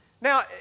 now